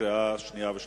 לקראת קריאה ראשונה.